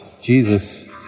Jesus